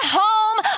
home